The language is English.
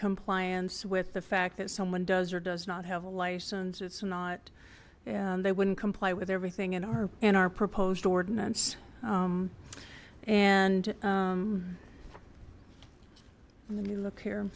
compliance with the fact that someone does or does not have a license it's not and they wouldn't comply with everything in our in our proposed ordinance and let me look here